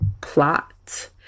plot